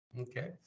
okay